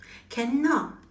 cannot